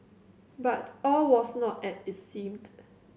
but all was not as it seemed